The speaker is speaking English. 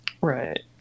right